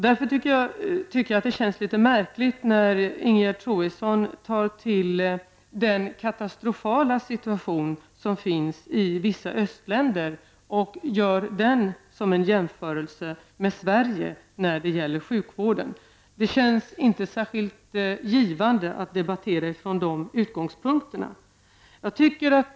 Det känns därför litet märkligt när Ingegerd Troedsson tar till den katastrofala situation som råder i vissa östländer och jämför den med Sverige. Det känns inte givande att debattera med de utgångspunkterna.